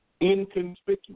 Inconspicuous